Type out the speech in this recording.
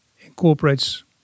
incorporates